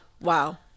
wow